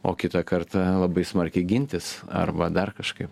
o kitą kartą labai smarkiai gintis arba dar kažkaip